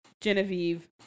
Genevieve